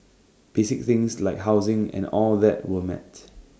basic things like housing and all that were met